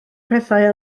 pethau